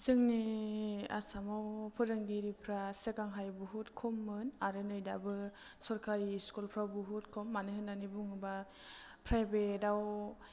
जोंनि आसामाव फोरोंगिरिफ्रा सिगांहाय बहुद खममोन आरो नै दाबो सरकारि स्कुलफ्राव बहुद खम मानो होन्नानै बुङोबा प्राइभेटआव